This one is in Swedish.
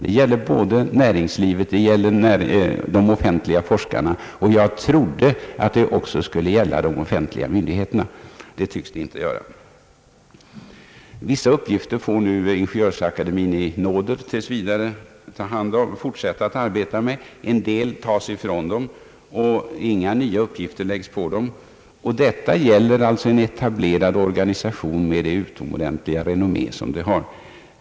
Det gäller både näringslivet och de offentliga forskarna, och jag trodde att det också skulle gälla de offentliga myndigheterna. Det tycks det inte göra. Vissa uppgifter får Ingeniörsvetenskapsakademien i nåder tills vidare behålla. En del tas ifrån akademin och ersätts inte av några nya uppgifter. Detta gäller alltså en etablerad organisation, som åtnjuter ett utomordentligt renommé.